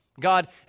God